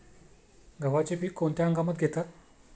गव्हाचे पीक कोणत्या हंगामात घेतात?